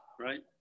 right